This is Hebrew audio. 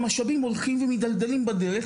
המשאבים הולכים ומידלדלים בדרך,